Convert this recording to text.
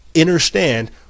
understand